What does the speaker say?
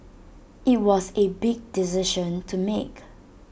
IT was A big decision to make